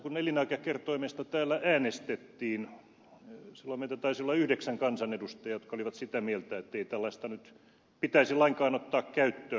kun elinaikakertoimesta täällä äänestettiin silloin meitä taisi olla yhdeksän kansanedustajaa jotka olimme sitä mieltä ettei tällaista pitäisi lainkaan ottaa käyttöön